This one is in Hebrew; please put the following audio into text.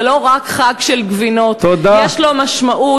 זה לא רק חג של גבינות, יש לו משמעות.